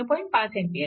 5 A असेल